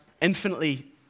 infinitely